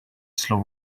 slow